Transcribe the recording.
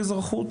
האם?